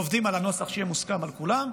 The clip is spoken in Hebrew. ועובדים על הנוסח שיהיה מוסכם על כולם.